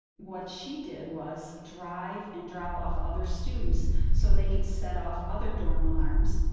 what she did was drive and drop off other students so they could set off other dorm alarms.